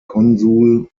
konsul